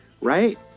right